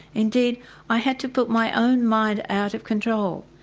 indeed i had to put my own mind out of control,